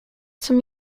zum